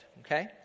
okay